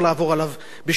אבל הוא חייב להבין